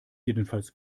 jedenfalls